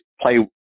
play